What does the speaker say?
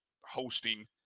hosting